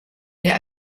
der